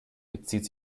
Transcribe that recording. bezieht